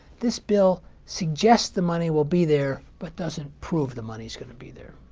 this bill suggests the money will be there but doesn't prove the money's going to be there.